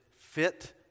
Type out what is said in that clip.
fit